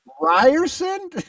ryerson